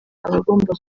abagomba